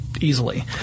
easily